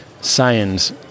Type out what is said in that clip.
science